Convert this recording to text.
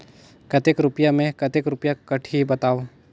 कतेक रुपिया मे कतेक रुपिया कटही बताव?